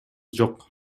жок